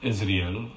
Israel